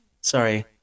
sorry